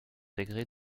degré